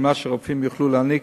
וכדי שהרופאים יוכלו להעניק